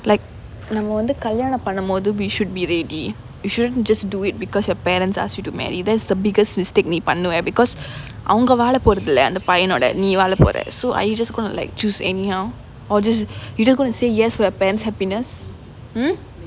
like நம்ம வந்து கல்யாணம் பண்ணும்போது:namma vanthu kalyaanam pannumpothu we should be ready shouldn't just do it because your parents asked you to marry that's the biggest mistake நீ பண்ணுவ:nee pannuva because அவங்க வாழப்போறதில்ல அந்த பையனோட நீ வாழப்போற:avanga vaalapporathilla antha paiyanoda nee vaalappora so are you just gonna like choose anyhow or just you just gonna say yes to your parents happiness